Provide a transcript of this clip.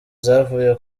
zavuye